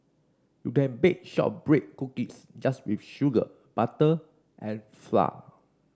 you can bake shortbread cookies just with sugar butter and flour